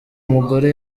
mugore